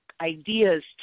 ideas